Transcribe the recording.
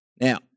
Now